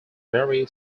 very